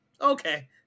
okay